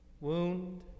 wound